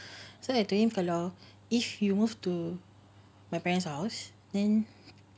so I thinking kalau if we move to my parents house then